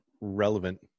relevant